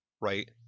right